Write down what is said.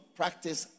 practice